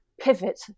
Pivot